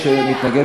מי שמתנגד,